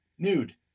nude